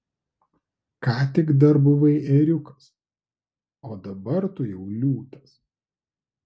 ką tik dar buvai ėriukas o dabar tu jau liūtas